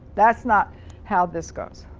that's not how this goes.